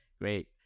Great